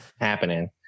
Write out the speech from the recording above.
happening